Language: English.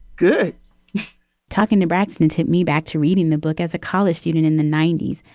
good talking to ratzmann take me back to reading the book. as a college student in the ninety s,